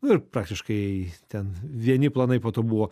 nu ir praktiškai ten vieni planai po to buvo